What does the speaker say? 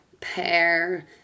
pear